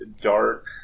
dark